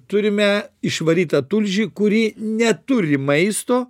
turime išvarytą tulžį kuri neturi maisto